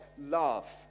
love